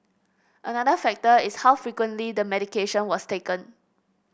another factor is how frequently the medication was taken